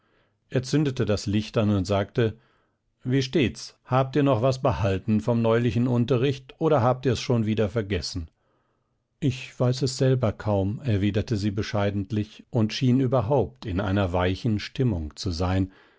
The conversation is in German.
er zündete das licht an und sagte wie steht's habt ihr noch was behalten vom neulichen unterricht oder habt ihr's schon wieder vergessen ich weiß es selber kaum erwiderte sie bescheidentlich und schien überhaupt in einer weichen stimmung zu sein